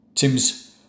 Tim's